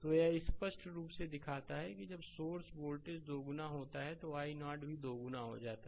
तो यह स्पष्ट रूप से दिखाता है कि जब सोर्स वोल्टेज दोगुना होता है i0 भी दोगुना हो जाता है